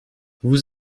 vous